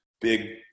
big